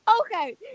Okay